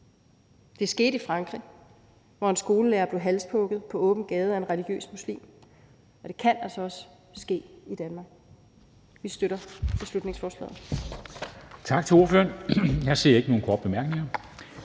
Det skete i Frankrig, hvor en skolelærer blev halshugget på åben gade af en religiøs muslim, og det kan altså ske i Danmark. Vi støtter beslutningsforslaget.